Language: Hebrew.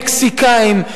מקסיקנים,